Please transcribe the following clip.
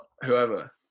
whoever